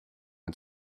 and